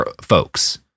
folks